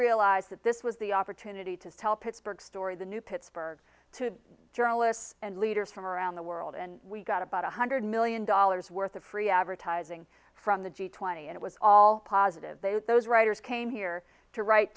realized that this was the opportunity to tell pittsburgh story the new pittsburgh to journalists and leaders from around the world and we got about one hundred million dollars worth of free advertising from the g twenty and it was all positive those writers came here to write